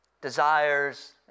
desires